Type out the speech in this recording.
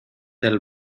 del